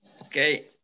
Okay